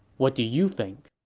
what do you think?